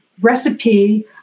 recipe